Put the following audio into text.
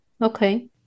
Okay